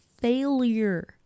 failure